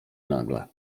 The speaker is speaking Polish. nagle